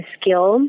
skill